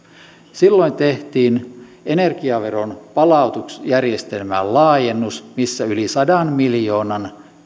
silloin tehtiin energiaveron palautusjärjestelmään laajennus missä yli sadan miljoonan